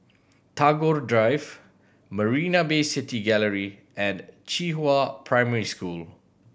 Tagore Drive Marina Bay City Gallery and Qihua Primary School